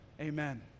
Amen